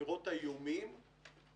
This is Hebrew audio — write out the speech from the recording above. נגיד לדרך פעולה אקטיבית בנסיבות האלה.